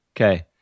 Okay